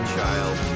child